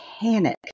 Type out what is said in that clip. panic